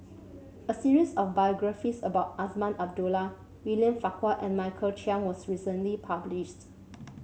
a series of biographies about Azman Abdullah William Farquhar and Michael Chiang was recently published